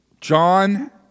John